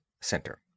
center